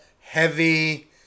heavy